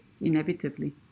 inevitably